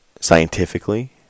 scientifically